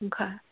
Okay